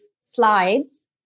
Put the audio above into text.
slides